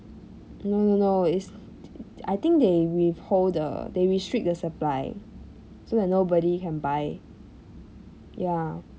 no no no it's I think they withhold the they restrict the supply so that nobody can buy ya